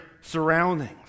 surroundings